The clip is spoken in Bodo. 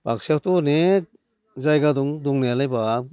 बाक्सायावथ' अनेख जायगा दं दंनायालाय बाब